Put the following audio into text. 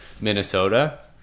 Minnesota